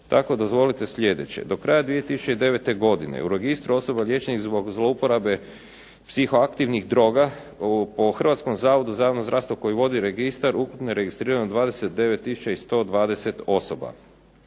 Tako dozvolite sljedeće: do kraja 2009. godine u Registru osoba liječenih zbog zlouporabe psihoaktivnih droga po Hrvatskom zavodu za javno zdravstvo koji vodi registar ukupno je registrirano 29 tisuća